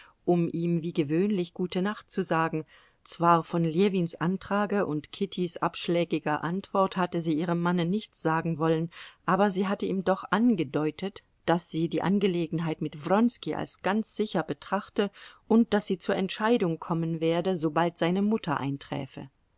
um ihm wie gewöhnlich gute nacht zu sagen zwar von ljewins antrage und kittys abschlägiger antwort hatte sie ihrem mann nichts sagen wollen aber sie hatte ihm doch angedeutet daß sie die angelegenheit mit wronski als ganz sicher betrachte und daß sie zur entscheidung kommen werde sobald seine mutter einträfe